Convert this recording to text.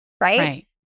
right